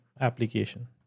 application